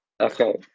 Okay